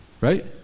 Right